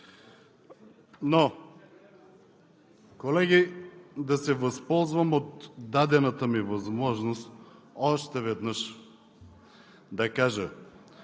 Но, колеги, да се възползвам от дадената ми възможност още веднъж да кажа,